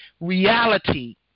reality